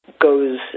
goes